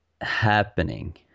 happening